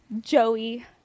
Joey